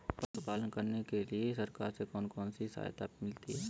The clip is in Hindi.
पशु पालन करने के लिए सरकार से कौन कौन सी सहायता मिलती है